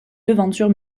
devanture